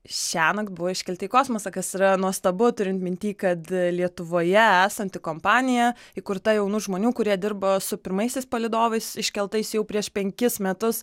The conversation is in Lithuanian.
šiąnakt buvo iškelti į kosmosą kas yra nuostabu turint minty kad lietuvoje esanti kompanija įkurta jaunų žmonių kurie dirba su pirmaisiais palydovais iškeltais jau prieš penkis metus